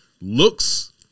looks